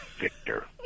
Victor